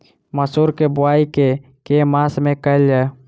मसूर केँ बोवाई केँ के मास मे कैल जाए?